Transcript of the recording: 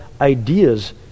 ideas